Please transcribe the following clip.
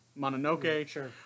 Mononoke